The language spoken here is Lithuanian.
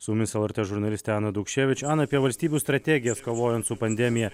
su mumis lrt žurnalistė ana daukševič ana apie valstybių strategijas kovojant su pandemija